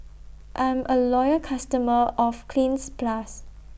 I'm A Loyal customer of Cleanz Plus